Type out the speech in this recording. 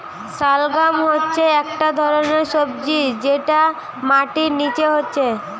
শালগাম হচ্ছে একটা ধরণের সবজি যেটা মাটির নিচে হচ্ছে